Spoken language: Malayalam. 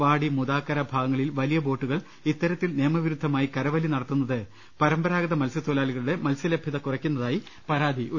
വാടി മൂതാക്കര ഭാഗങ്ങളിൽ വലിയ ബോട്ടുകൾ ഇത്തരത്തിൽ നിയമവിരുദ്ധമായി കരവലി നടത്തുന്നത് പരമ്പരാഗത മത്സ്യത്തൊഴിലാളികളുടെ മത്സ്യലഭ്യത കുറയ്ക്കു ന്നതായി പരാതി ഉയർന്നിരുന്നു